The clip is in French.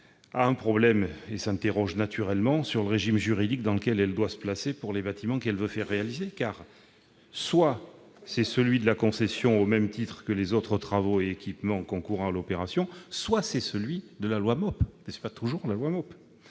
un problème et s'interroge sur le régime juridique dans lequel elle doit se placer pour les bâtiments qu'elle veut faire réaliser : soit c'est celui de la concession, au même titre que les autres travaux et équipements concourants à l'opération, soit c'est celui de la loi MOP. La disposition introduite